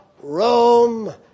Rome